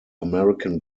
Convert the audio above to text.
american